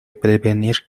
prevenir